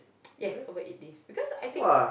yes about eight days because I think